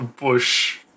bush